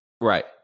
Right